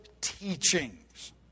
teachings